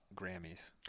grammys